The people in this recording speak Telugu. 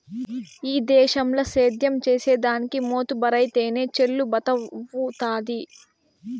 ఈ దేశంల సేద్యం చేసిదానికి మోతుబరైతేనె చెల్లుబతవ్వుతాది